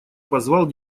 позвал